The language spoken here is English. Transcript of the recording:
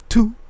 Two